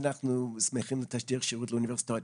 אנחנו תמיד שמחים לתשדיר שירות לאוניברסיטאות.